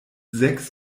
sechs